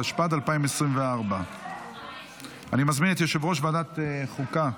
התשפ"ד 2024. אני מזמין את יושב-ראש ועדת חוקה,